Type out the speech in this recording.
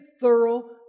thorough